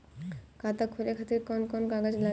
खाता खोले खातिर कौन कौन कागज लागी?